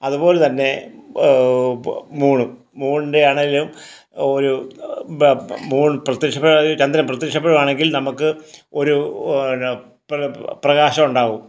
അതുപോലെ തന്നെ മൂണും മൂണിൻ്റെ ആണേലും ഒരു മൂൺ പ്രത്യക്ഷപ്പെടാൻ ചന്ദ്രൻ പ്രത്യക്ഷപ്പെടുകയാണെങ്കിൽ നമുക്ക് ഒരു പിന്നെ പ്രകാശം ഉണ്ടാകും